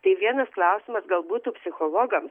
tai vienas klausimas gal būtų psichologams